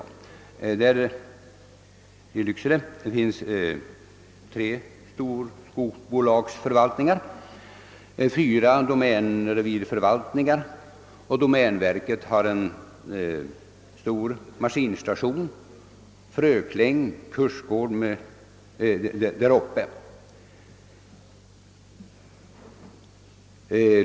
I Lycksele finns tre storskogsbolagsförvaltningar, fyra domänrevirförvaltningar, domänverkets maskinstation, frökläng och kursgård.